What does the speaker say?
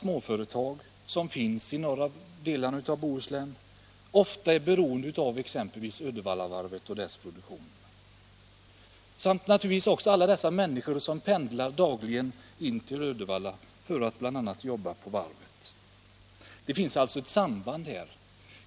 Småföretagen där är ofta beroende av bl.a. Uddevallavarvet, liksom naturligtvis alla de människor som dagligen pendlar till sitt arbete i Uddevalla.